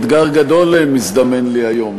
אתגר גדול מזדמן לי היום,